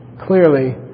clearly